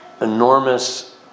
enormous